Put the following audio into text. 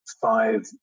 five